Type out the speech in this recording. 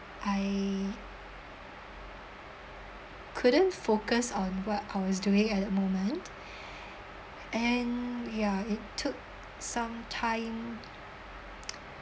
I couldn't focus on what I was doing at the moment and ya it took some time